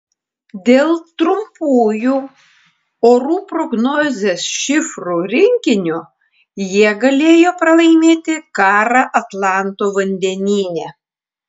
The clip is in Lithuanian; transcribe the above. dėl trumpųjų orų prognozės šifrų rinkinio jie galėjo pralaimėti karą atlanto vandenyne